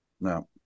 No